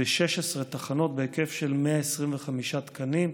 ב-16 תחנות, בהיקף של 125 תקנים,